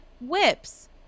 whips